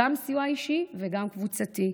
גם סיוע אישי וגם קבוצתי,